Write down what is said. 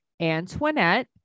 Antoinette